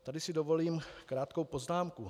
Tady si dovolím krátkou poznámku.